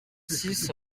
six